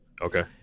okay